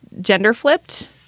gender-flipped